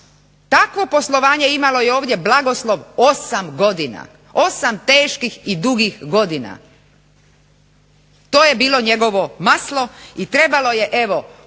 Takvo poslovanje imalo je ovdje blagoslov osam godina, osam teških i dugih godina. To je bilo njegovo maslo i trebalo je evo koliko